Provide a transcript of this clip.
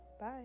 Bye